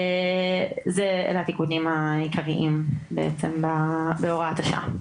אלה התיקונים העיקריים בעצם בהוראת השעה.